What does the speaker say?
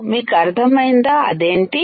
మీకు అర్థమైందా అదేంటి